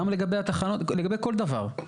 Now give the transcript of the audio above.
גם לגבי התחנות, לגבי כל דבר.